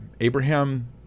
Abraham